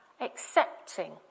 accepting